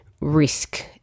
risk